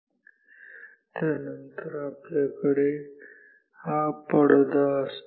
आणि त्यानंतर आपल्याकडे हा पडदा असतो